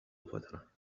فترة